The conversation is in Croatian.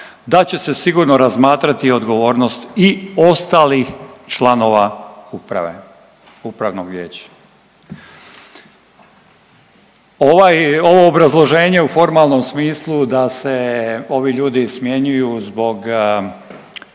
da će se sigurno razmatrati odgovornost i ostalih članova uprave, upravnog vijeća. Ovo obrazloženje u formalnom smislu da se ovi ljudi smjenjuju zbog